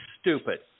stupid